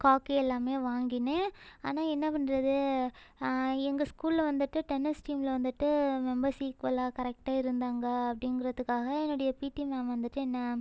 கார்க்கு எல்லாமே வாங்கினேன் ஆனால் என்ன பண்ணுறது எங்கள் ஸ்கூலில் வந்துட்டு டென்னிஸ் டீமில் வந்துட்டு மெம்பர்ஸ் ஈக்குவலாக கரெக்ட்டாக இருந்தாங்க அப்படிங்கிறதுக்காக என்னுடைய பீடி மேம் வந்துட்டு என்ன